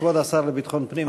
כבוד השר לביטחון פנים, בבקשה.